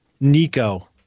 Nico